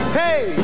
hey